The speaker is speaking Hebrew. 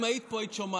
אם היית פה היית שומעת.